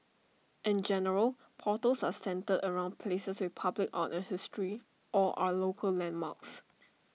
in general portals are centred around places with public art and history or are local landmarks